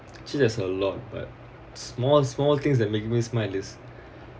actually there's a lot but small small things that make me smile is